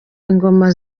ingoma